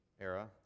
era